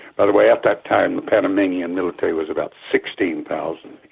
by the way, at that time, the panamanian military was about sixteen thousand.